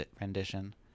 rendition